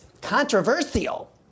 controversial